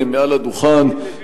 על הדוכן,